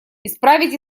исправить